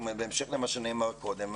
בהמשך למה שנאמר קודם,